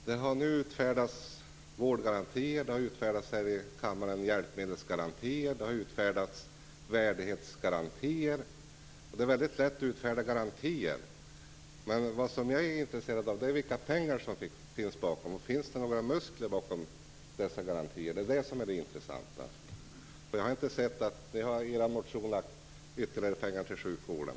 Fru talman! Det har utfärdats vårdgarantier. Det har här i kammaren utfärdats hjälpmedelsgarantier. Det har utfärdats värdighetsgarantier. Det är väldigt lätt att utfärda garantier, men det som jag är intresserad av är vilka pengar som finns bakom och om det finns några muskler bakom dessa garantier. Det är det som är det intressanta. Jag har inte i er motion sett några ytterligare pengar till sjukvården.